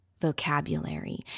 vocabulary